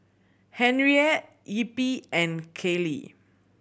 Henriette Eppie and Caylee